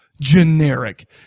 Generic